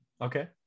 Okay